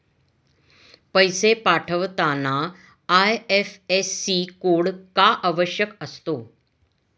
पैसे पाठवताना IFSC code का आवश्यक असतो?